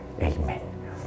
Amen